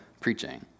preaching